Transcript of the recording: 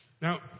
Now